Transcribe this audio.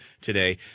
today